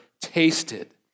tasted